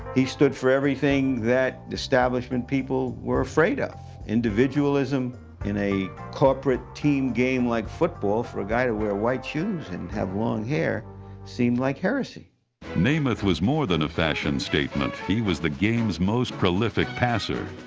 he stood for everything that establishment people were afraid of. individualism in a corporate, team game like football for a guy to wear white shoes and have long hair seemed like heresy. narrator namath was more than a fashion statement. he was the game's most prolific passer.